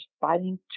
fighting